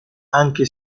anche